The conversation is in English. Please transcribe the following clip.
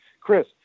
Chris